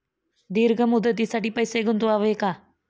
दीर्घ मुदतीसाठी पैसे गुंतवावे का?